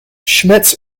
schmitz